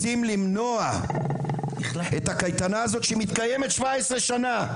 רוצים למנוע את הקייטנה הזאת שמתקיימת 17 שנה,